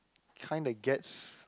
kinda gets